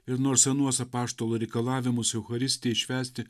ir nors anuos apaštalo reikalavimus eucharistijai švęsti